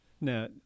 Now